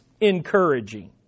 encouraging